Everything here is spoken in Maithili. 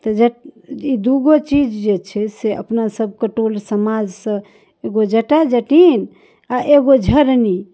तऽ जे ई दू गो चीज जे छै अपना सबके टोल समाजसँ एगो जटा जटिन आओर एगो झरनी